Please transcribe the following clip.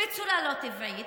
בצורה לא טבעית,